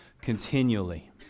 continually